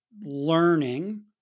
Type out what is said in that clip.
learning